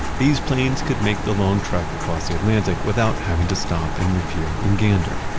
these planes could make the long trek across the atlantic without having to stop and refuel in gander.